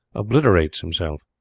obliterates himself.